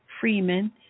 Freeman